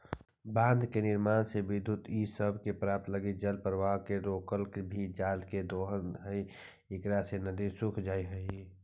बाँध के निर्माण से विद्युत इ सब के प्राप्त लगी जलप्रवाह के रोकला भी जल के दोहन हई इकरा से नदि सूख जाइत हई